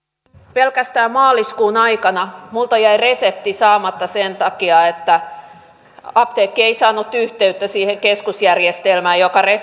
pelkästään maaliskuun aikana minulta jäi resepti saamatta sen takia että apteekki ei saanut yhteyttä siihen keskusjärjestelmään joka